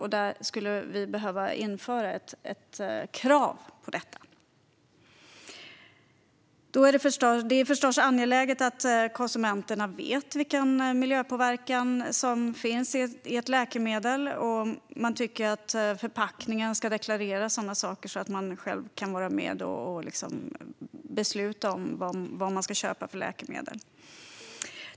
Vi skulle behöva införa ett krav på detta. Det är förstås angeläget att konsumenterna vet vilken miljöpåverkan ett läkemedel har. Man tycker att sådana saker ska deklareras på förpackningen så att man själv kan besluta vad man ska köpa för läkemedel.